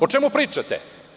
O čemu pričate?